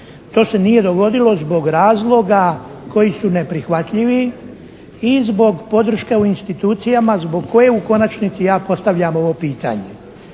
To se nije dogodilo zbog razloga koji su neprihvatljivi i zbog podrške u institucijama zbog koje u konačnici ja postavljam ovo pitanje.